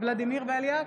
ולדימיר בליאק,